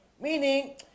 Meaning